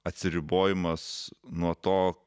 atsiribojimas nuo to